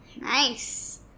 Nice